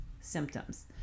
symptoms